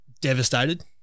devastated